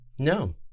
No